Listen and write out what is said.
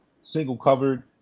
single-covered